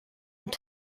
die